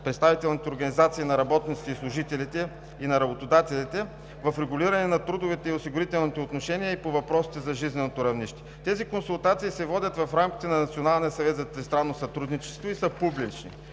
представителните организации на работниците и служителите и на работодателите в регулиране на трудовите и осигурителните отношения и по въпросите за жизненото равнище. Тези консултации се водят в рамките на Националния